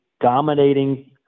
dominating